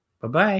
Bye-bye